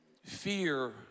Fear